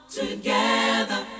together